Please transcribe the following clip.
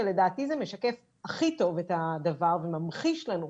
שלדעתי זה משקף הכי טוב את הדבר וממחיש לנו.